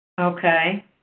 Okay